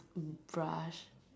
brush